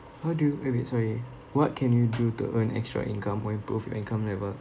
how do you wait wait sorry what can you do to earn extra income or improve your income level